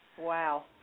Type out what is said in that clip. Wow